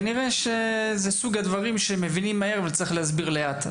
כנראה זה סוג הדברים שמבינים מהר ויש להסביר לאט.